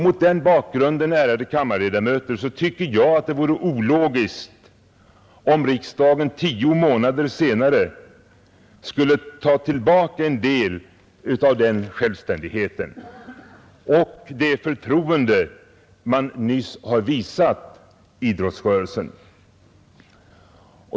Mot den bakgrunden, ärade kammarledamöter, tycker jag att det vore ologiskt om riksdagen tio månader senare skulle ta tillbaka en del av den självständigheten och därmed en del av det förtroende man nyss visat idrottsrörelsen.